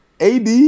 AD